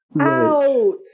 out